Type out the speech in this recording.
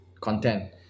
content